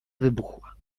wybuchła